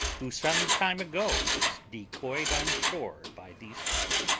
who some time ago was decoyed on shore by these people,